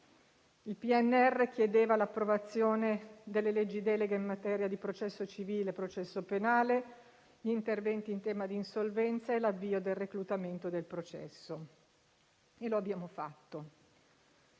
Il PNRR chiedeva l'approvazione delle leggi delega in materia di processo civile e processo penale, interventi in tema di insolvenza e l'avvio del reclutamento del processo, e lo abbiamo fatto.